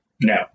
No